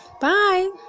bye